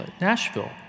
Nashville